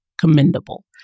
commendable